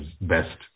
best